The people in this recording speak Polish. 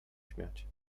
śmiać